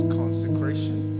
consecration